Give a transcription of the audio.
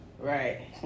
Right